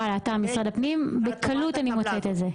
לאתר משרד הפנים בקלות אני מוצאת את זה?